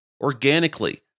organically